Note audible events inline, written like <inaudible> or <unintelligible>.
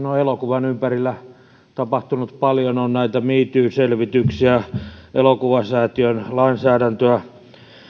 <unintelligible> on elokuvan ympärillä tapahtunut paljon on näitä me too selvityksiä elokuvasäätiön lainsäädäntöä